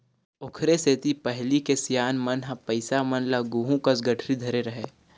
ओखरे सेती पहिली के सियान मन ह पइसा मन ल गुहूँ कस गठरी धरे रहय